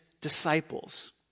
disciples